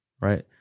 Right